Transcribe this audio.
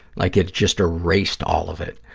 like it just erased all of it.